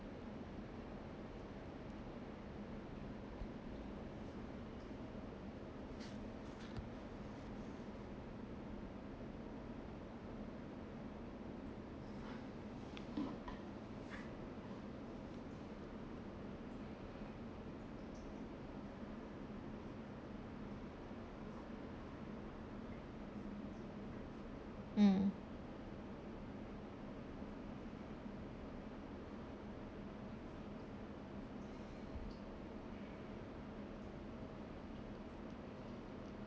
mm